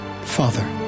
Father